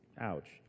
Ouch